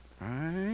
right